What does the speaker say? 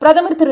பிரதமர்திரு